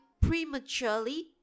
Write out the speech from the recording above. prematurely